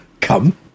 come